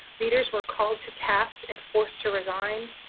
leaders were called to task and forced to resign,